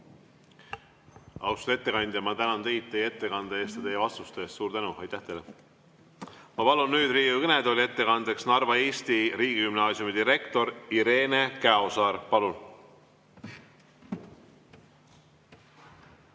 Austatud ettekandja, ma tänan teid teie ettekande eest ja teie vastuste eest! Suur tänu teile! Ma palun nüüd Riigikogu kõnetooli ettekandeks Narva Eesti Riigigümnaasiumi direktori Irene Käosaare! Palun!